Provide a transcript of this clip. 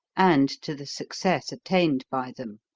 and to the success attained by them.